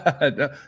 no